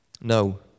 no